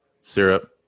syrup